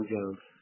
Jones